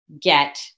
get